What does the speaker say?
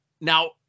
now